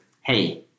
hey